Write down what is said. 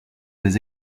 des